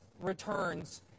returns